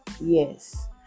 yes